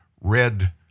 red